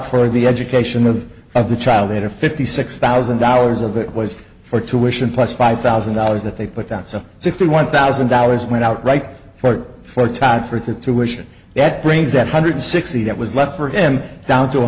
for the education of of the child later fifty six thousand dollars of it was for tuition plus five thousand dollars that they put down so sixty one thousand dollars went out right for for town for two wished that brings that hundred sixty that was left for him down to